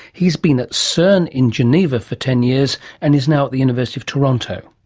he's been at cern in geneva for ten years and is now at the university of toronto.